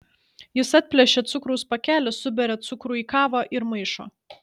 jis atplėšia cukraus pakelį suberia cukrų į kavą ir maišo